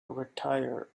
retire